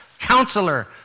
Counselor